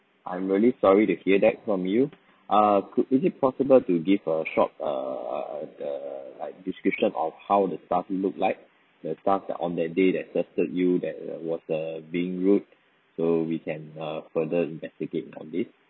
I'm really sorry to hear that from you uh could is it possible to give a short err the like description of how the staff looked like the staff that on that day that you that uh he was uh being rude so we can err further investigate on this